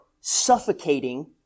suffocating